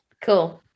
Cool